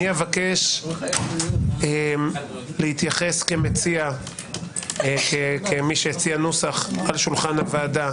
אבקש להתייחס כמי שהציע נוסח על שולחן הוועדה